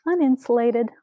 uninsulated